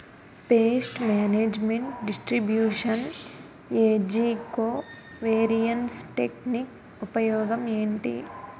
paste management distribution eddy covariance technique ఉపయోగం ఏంటి